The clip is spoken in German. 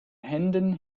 händen